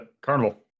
Carnival